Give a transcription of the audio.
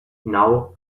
now